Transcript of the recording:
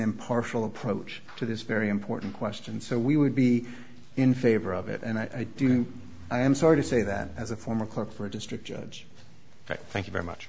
impartial approach to this very important question so we would be in favor of it and i do i am sorry to say that as a former clerk for district judge fact thank you very